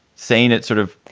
saying it's sort of